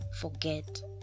forget